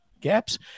gaps